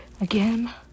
Again